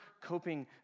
coping